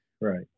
Right